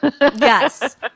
Yes